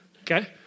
Okay